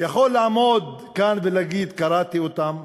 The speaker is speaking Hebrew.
יכול לעמוד כאן ולהגיד: קראתי אותם?